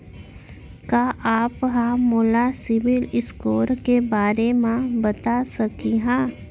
का आप हा मोला सिविल स्कोर के बारे मा बता सकिहा?